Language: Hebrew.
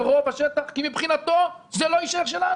ברוב השטח כי מבחינתו זה לא שלנו.